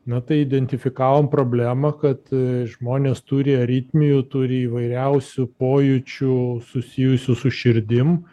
na tai identifikavom problemą kad žmonės turi aritmijų turi įvairiausių pojūčių susijusių su širdim